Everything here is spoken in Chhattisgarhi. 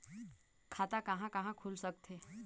खाता कहा कहा खुल सकथे?